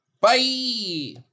Bye